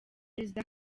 perezida